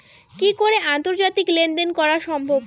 কি করে আন্তর্জাতিক লেনদেন করা সম্ভব?